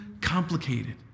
complicated